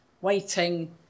waiting